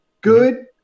good